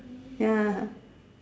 ya